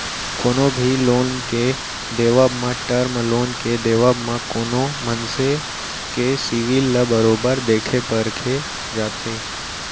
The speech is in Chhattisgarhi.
कोनो भी लोन के देवब म, टर्म लोन के देवब म कोनो मनसे के सिविल ल बरोबर देखे परखे जाथे